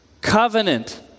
covenant